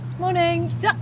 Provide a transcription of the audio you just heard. morning